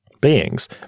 beings